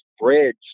bridge